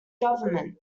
government